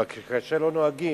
אבל כאשר לא נוהגים,